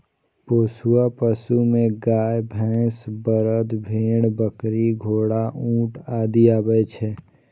पोसुआ पशु मे गाय, भैंस, बरद, भेड़, बकरी, घोड़ा, ऊंट आदि आबै छै